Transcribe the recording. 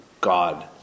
God